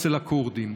אצל הכורדים.